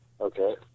Okay